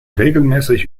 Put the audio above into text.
regelmäßig